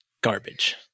garbage